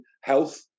health